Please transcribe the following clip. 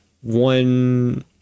one